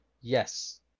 yes